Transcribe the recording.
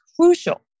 crucial